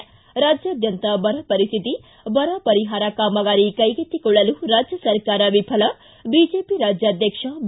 ಿ ರಾಜ್ಯಾದ್ಯಂತ ಬರಪರಿಸ್ಥಿತಿ ಬರ ಪರಿಹಾರ ಕಾಮಗಾರಿ ಕೈಗೆತ್ತಿಕೊಳ್ಳಲು ರಾಜ್ಯ ಸರ್ಕಾರ ವಿಫಲ ಬಿಜೆಪಿ ರಾಜ್ಯಾಧ್ವಕ್ಷ ಬಿ